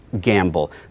gamble